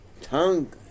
tongue